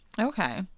Okay